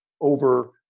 over